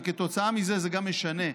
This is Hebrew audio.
וכתוצאה מזה זה גם ישנה,